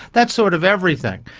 that's sort of everything.